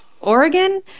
Oregon